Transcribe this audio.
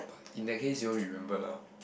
but in that case you all remember lah